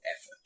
effort